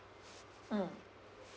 mm